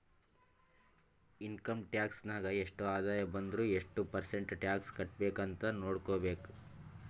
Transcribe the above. income tax ನಾಗ್ ಎಷ್ಟ ಆದಾಯ ಬಂದುರ್ ಎಷ್ಟು ಪರ್ಸೆಂಟ್ ಟ್ಯಾಕ್ಸ್ ಕಟ್ಬೇಕ್ ಅಂತ್ ನೊಡ್ಕೋಬೇಕ್